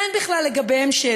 אין בכלל שאלה לגביהם.